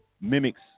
mimics